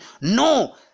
No